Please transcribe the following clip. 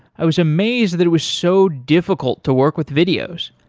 i was amazed that it was so difficult to work with videos.